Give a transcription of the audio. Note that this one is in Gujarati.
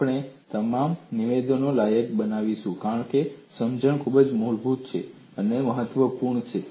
આપણે આ તમામ નિવેદનોને લાયક બનાવીશું કારણ કે આ સમજણ ખૂબ જ મૂળભૂત છે અને તે મહત્વપૂર્ણ છે